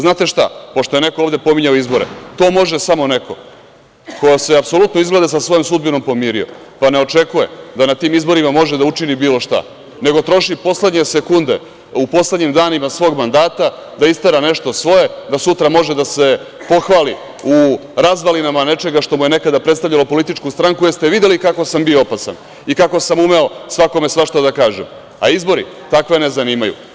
Znate šta, pošto je neko ovde spominjao izbore, to može samo neko ko se izgleda apsolutno sa svoj sudbinom pomirio, pa ne očekuje da ta tim izborima može da učini bilo šta, nego trošiti poslednje sekunde u poslednjim danima svog mandata da istera nešto svoje da sutra može da se pohvali u razvalinama nečega što mu je nekada predstavljalo politiku stanku, jeste videli kako sam bio opasan i kako sam umeo svakome svašta da kažem, a izbori takve ne zanimaju.